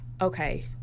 okay